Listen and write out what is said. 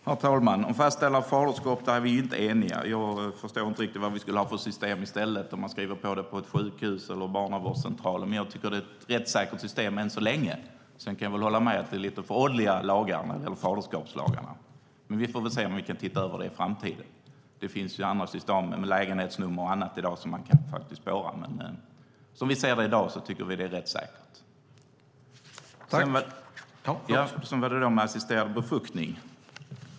Herr talman! Om fastställande av faderskap är vi inte eniga. Jag förstår inte vad vi skulle ha för system i stället. Skulle man skriva under på ett sjukhus eller en barnavårdscentral? Jag tycker att det är ett rättssäkert system än så länge. Sedan kan jag hålla med om att faderskapslagarna är lite föråldrade, men vi får väl se om vi kan titta över det i framtiden. Det finns i dag andra system med lägenhetsnummer och annat som man faktiskt kan spåra. Som vi ser det i dag tycker vi dock att det är rättssäkert. Sedan gällde det assisterad befruktning.